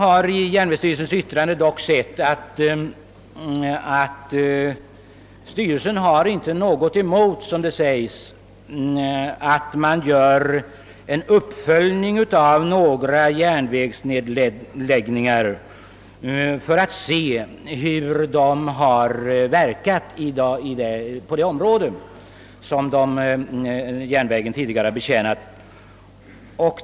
Av järnvägsstyrelsens yttrande framgår dock att styrelsen inte har något emot — som det sägs — en uppföljning av några järnvägsnedläggningar för att se hur de har verkat i de områden som järnvägen tidigare har betjänat.